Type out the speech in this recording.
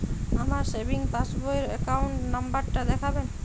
আমার সেভিংস পাসবই র অ্যাকাউন্ট নাম্বার টা দেখাবেন?